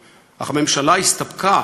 אך הממשלה הסתפקה,